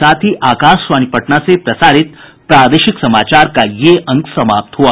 इसके साथ ही आकाशवाणी पटना से प्रसारित प्रादेशिक समाचार का ये अंक समाप्त हुआ